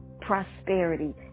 prosperity